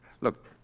Look